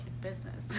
business